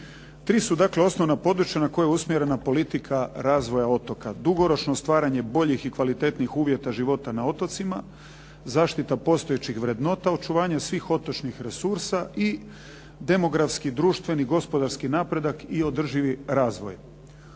Tri su dakle osnovna područja na koje je usmjerena politika razvoja otoka. Dugoročno stvaranje boljih i kvalitetnih uvjeta života na otocima, zaštita postojećih vrednota, očuvanje svih otočnih resursa i demografski društveni gospodarski napredak i održivi razvoj.